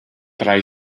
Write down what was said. drei